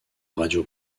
radio